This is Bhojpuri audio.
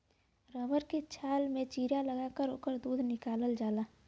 रबर के छाल में चीरा लगा के ओकर दूध निकालल जाला